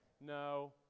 no